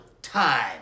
Time